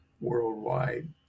worldwide